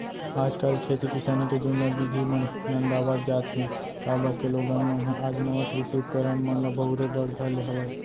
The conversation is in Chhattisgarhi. आज काल खेती किसानी के जुन्ना बिधि मन नंदावत जात हें, काबर के लोगन मन ह आज नवा कृषि उपकरन मन ल बउरे बर धर ले हवय